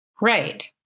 Right